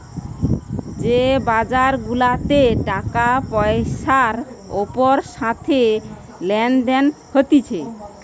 যে বাজার গুলাতে টাকা পয়সার ওপরের সাথে লেনদেন হতিছে